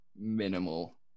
minimal